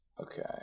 Okay